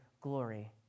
glory